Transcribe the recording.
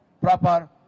proper